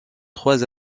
trois